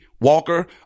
Walker